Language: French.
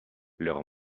leur